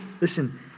Listen